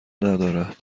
ندارد